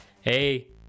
hey